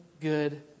good